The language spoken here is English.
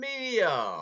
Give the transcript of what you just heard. media